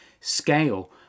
scale